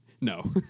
No